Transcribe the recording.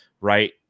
right